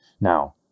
Now